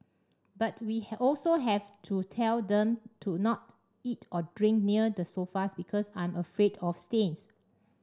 but we also have to tell them to not eat or drink near the sofas because I'm afraid of stains